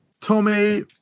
Tommy